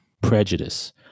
prejudice